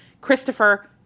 christopher